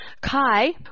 Kai